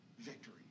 victory